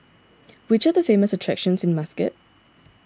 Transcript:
which are the famous attractions in Muscat